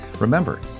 Remember